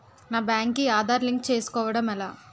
నా బ్యాంక్ కి ఆధార్ లింక్ చేసుకోవడం ఎలా?